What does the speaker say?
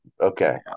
Okay